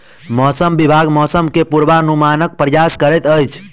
मौसम विभाग मौसम के पूर्वानुमानक प्रयास करैत अछि